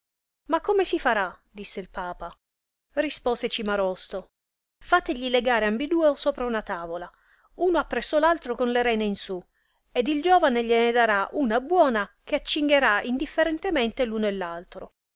ma come si farà disse il papa rispose cimarosto fategli legare ambiduo sopra una tavola uno appresso l altro con le rene in su ed il giovane gliene darà una buona che accingherà indifferentemente l'uno e l'altro